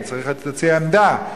אני צריך להציע עמדה,